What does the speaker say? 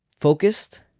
focused